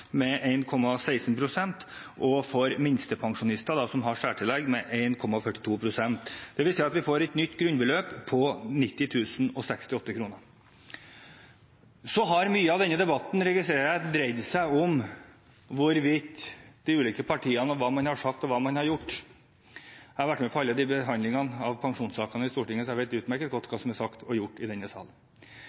og for minstepensjonister som har særtillegg, på 1,42 pst. Det vil si at vi får et nytt grunnbeløp på 90 068 kr. Mye av denne debatten, registrerer jeg, har dreid seg om hva de ulike partiene har sagt og gjort. Jeg har vært med på alle behandlingene av pensjonssakene i Stortinget, så jeg vet utmerket godt hva som er sagt og gjort i denne